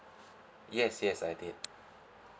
yes yes I did